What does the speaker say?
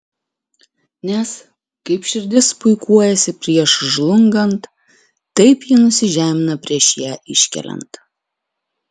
nes kaip širdis puikuojasi prieš žlungant taip ji nusižemina prieš ją iškeliant